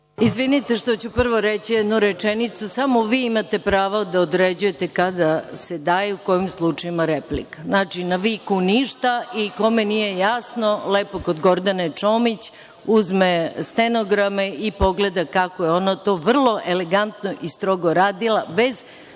Izvinite, što ću prvo reći jednu rečenicu. Samo vi imate pravo da određujete kada se daje i u kojim slučajevima replika. Znači, na viku ništa i kome nije jasno, lepo kod Gordane Čomić, uzme stenograme i pogleda kako je ona to vrlo elegantno i strogo radila bez